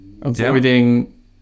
avoiding